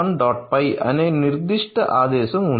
py" అనే నిర్దిష్ట ఆదేశం ఉంది